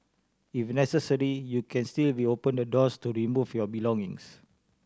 if necessary you can still reopen the doors to remove your belongings